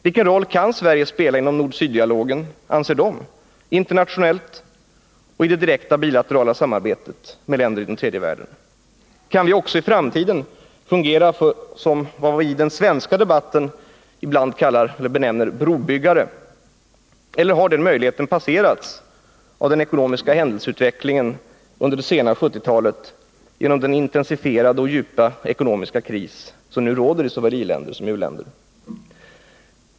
Vilken roll kan Sverige spela inom nord-syd-dialogen, anser de, internationellt och i det direkta bilaterala samarbetet med länder i tredje världen? Kan vi också i framtiden fungera som vad vi i den svenska debatten ibland benämner brobyggare? Eller har den möjligheten passerats av den ekonomiska händelseutvecklingen under det sena 1970-talet genom den intensifierade och djupa ekonomiska kris som nu råder i såväl i-länder som u-länder?